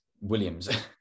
Williams